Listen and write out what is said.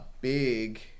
big